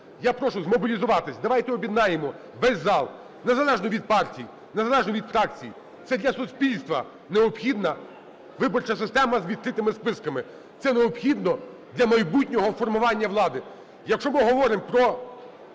Я прошу змобілізуватись. Давайте об'єднаємо весь зал, незалежно від партій, незалежно від фракцій. Це для суспільства необхідна виборча система з відкритими списками. Це необхідно для майбутнього формування влади. Якщо ми говоримо про